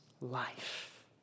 life